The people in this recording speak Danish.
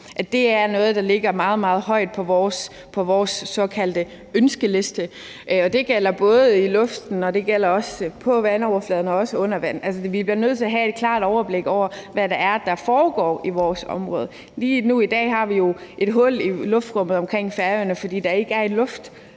meget, meget højt på vores såkaldte ønskeliste, og det gælder både i luften, på vandoverfladen og også under vandoverfladen. Altså, vi bliver nødt til at have et klart overblik over, hvad det er, der foregår i vores område. Lige nu i dag har vi jo et hul i luftrummet omkring Færøerne, fordi der ikke er en